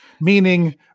meaning